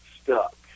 stuck